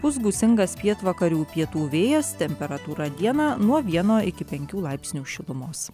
pūs gūsingas pietvakarių pietų vėjas temperatūra dieną nuo vieno iki penkių laipsnių šilumos